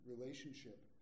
relationship